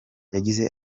yagize